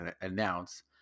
announce